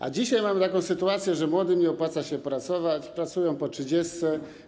A dzisiaj mamy taką sytuację, że młodym nie opłaca się pracować, pracują po trzydziestce.